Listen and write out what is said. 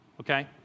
okay